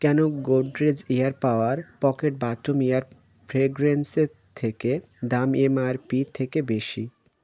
কেন Godrej air power pocket bathroom air ফ্রেগনেন্সের থেকে দাম এমআরপি থেকে বেশি